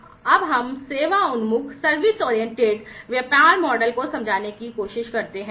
अब हम service oriented व्यापार मॉडल को समझने की कोशिश करते हैं